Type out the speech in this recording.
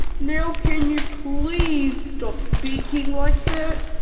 now can you please stop speaking like that?